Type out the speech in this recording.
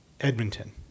Edmonton